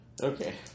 Okay